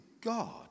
God